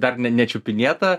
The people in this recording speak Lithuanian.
dar nečiupinėta